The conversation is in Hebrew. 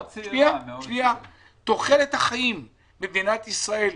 תוחלת החיים במדינת ישראל,